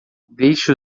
deixe